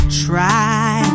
try